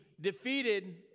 Defeated